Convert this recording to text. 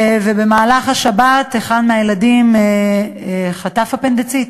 במהלך השבת אחד מהילדים חטף אפנדציט